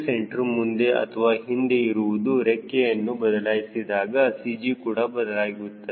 c ಮುಂದೆ ಅಥವಾ ಹಿಂದೆ ಇರುವುದು ರೆಕ್ಕೆಯನ್ನು ಬದಲಾಯಿಸಿದಾಗ CG ಕೂಡ ಬದಲಾಗುತ್ತದೆ